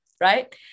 Right